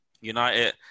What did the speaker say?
united